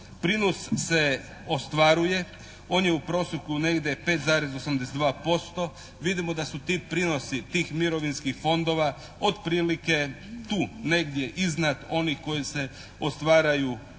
prinos se ostvaruje. On je u prosjeku negdje 5,82%. Vidimo da su ti prinosi tih mirovinskih fondova otprilike tu negdje iznad onih koji se ostvaruju u